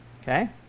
Okay